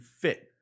fit